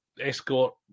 Escort